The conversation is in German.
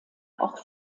auch